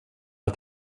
att